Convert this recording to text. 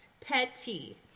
Petty